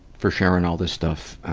for sharing all this stuff.